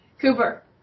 Cooper